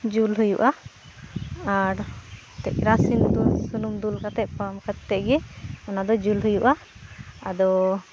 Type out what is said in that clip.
ᱡᱩᱞ ᱦᱩᱭᱩᱜᱼᱟ ᱟᱨ ᱮᱛᱮᱫ ᱠᱮᱨᱟᱥᱤᱱ ᱫᱩᱞ ᱥᱩᱱᱩᱢ ᱫᱩᱞ ᱠᱟᱛᱮᱫ ᱯᱟᱢ ᱠᱟᱛᱮᱫ ᱜᱮ ᱚᱱᱟᱫᱚ ᱡᱩᱞ ᱦᱩᱭᱩᱜᱼᱟ ᱟᱫᱚ